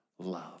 Love